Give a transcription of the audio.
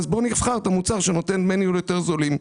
אז בואו נבחר את המוצר שנותן דמי ניהול יותר זולים.